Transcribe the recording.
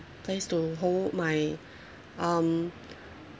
place to hold my um